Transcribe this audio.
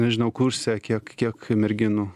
nežinau kurse kiek kiek merginų